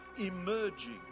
emerging